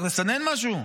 צריך לסנן משהו?